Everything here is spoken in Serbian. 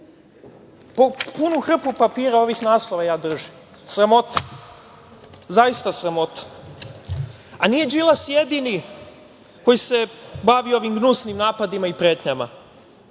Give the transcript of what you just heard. Punu hrpu papira ovih naslova ja držim, sramota, zaista sramota. Nije Đilas jedini koji se bavi ovim gnusnim napadima i pretnjama,